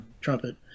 trumpet